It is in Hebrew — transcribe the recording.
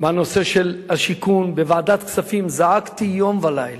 בנושא של השיכון, בוועדת הכספים זעקתי יום ולילה.